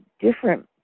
different